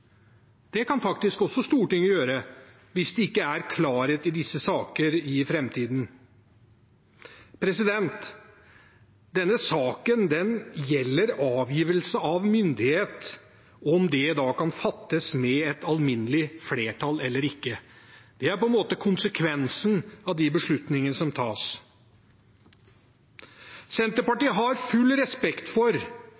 det skulle være nødvendig. Det kan faktisk også Stortinget gjøre hvis det ikke er klarhet i disse saker i framtiden. Denne saken gjelder avgivelse av myndighet, om det kan fattes med alminnelig flertall eller ikke. Det er på en måte konsekvensen av de beslutningene som tas.